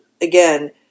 again